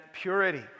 purity